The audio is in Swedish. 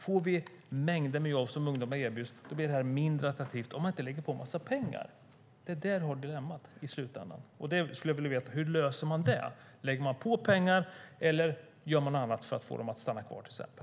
Får vi mängder med jobb som ungdomar erbjuds blir det här mindre attraktivt om man inte lägger på en massa pengar. Det är där vi har dilemmat i slutändan, och jag skulle vilja veta hur man löser det. Lägger man på pengar, eller gör man något annat för att få dem att stanna kvar, till exempel?